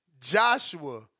Joshua